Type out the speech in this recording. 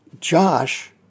Josh